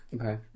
Okay